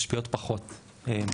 משפיעים פחות בישראל.